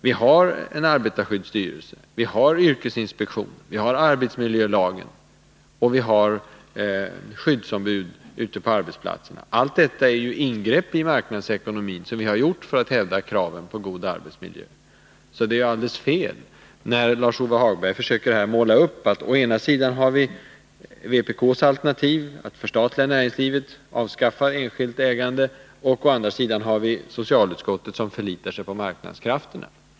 Vi har en arbetarskyddsstyrelse, vi har yrkesinspektionen, vi har arbetsmiljölagen och vi har skyddsombud på arbetsplatserna. Allt detta är ingrepp i marknadsekonomin som vi har gjort för att hävda kraven på en god arbetsmiljö. Det är alltså helt fel när Lars-Ove Hagberg försöker framställa det så att å ena sidan har vi vpk:s alternativ att förstatliga näringslivet, att avskaffa enskilt ägande och å andra sidan har vi socialutskottet som förlitar sig på marknadskrafterna.